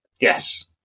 Yes